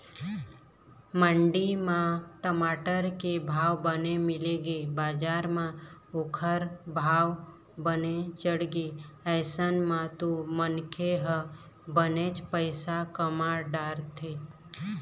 मंडी म टमाटर के भाव बने मिलगे बजार म ओखर भाव बने चढ़गे अइसन म तो मनखे ह बनेच पइसा कमा डरथे